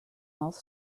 mouth